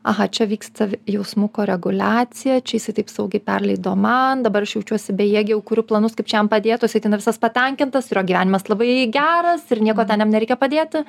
aha čia vyksta jausmų koreguliacija čia jisai taip saugiai perleido man dabar aš jaučiuosi bejėgė jau kuriu planus kaip jam padėt o jisai tenai visas patenkintas ir jo gyvenimas labai geras ir nieko ten jam nereikia padėti